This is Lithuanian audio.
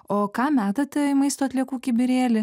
o ką metate į maisto atliekų kibirėlį